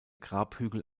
grabhügel